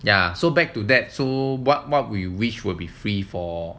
ya so back to that so what what we wish will be free for